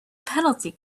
penalty